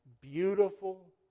beautiful